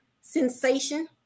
sensation